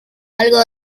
algo